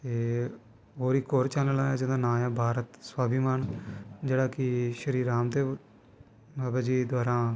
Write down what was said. ते होर इक होर चैन्नल ऐ जेह्दा नांऽ ऐ भारत स्वाभिमान जेह्ड़ा कि श्री राम देव बाबा जी दवारा